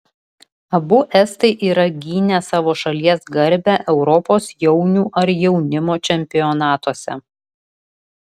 abu estai yra gynę savo šalies garbę europos jaunių ar jaunimo čempionatuose